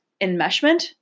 enmeshment